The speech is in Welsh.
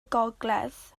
gogledd